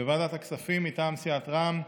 בוועדת הכספים, מטעם סיעת רע"מ,